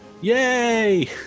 Yay